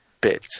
bit